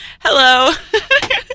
Hello